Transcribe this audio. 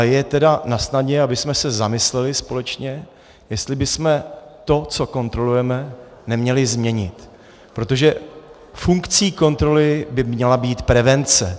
Je tedy nasnadě, abychom se zamysleli společně, jestli bychom to, co kontrolujeme, neměli změnit, protože funkcí kontroly by měla být prevence.